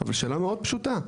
אבל שאלה מאוד פשוטה,